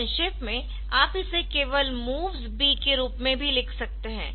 संक्षेप में आप इसे केवल MOVSB के रूप में भी लिख सकते है